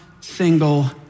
single